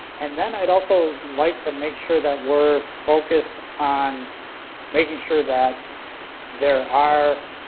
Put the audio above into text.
and then i'd also like to make sure that we're focused on making sure that there are